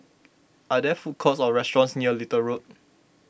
are there food courts or restaurants near Little Road